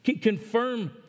Confirm